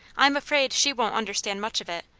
i'm afraid she won't understand much of it,